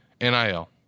NIL